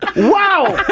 wow.